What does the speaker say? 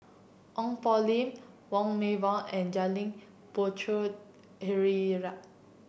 Ong Poh Lim Wong Meng Voon and Janil Puthucheary